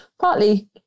partly